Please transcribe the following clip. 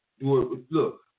Look